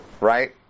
right